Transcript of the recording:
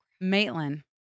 Maitland